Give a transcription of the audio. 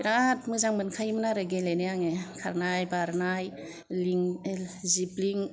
बेराद मोजां मोनखायोमोन आरो गेलेनो आंङो खारनाय बारनाय जेब्लिन